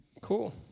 cool